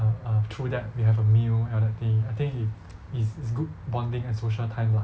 err err through that we have a meal and all that thing I think it is is good bonding and social time lah